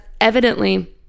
Evidently